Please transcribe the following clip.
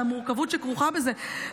על המורכבות שכרוכה בזה.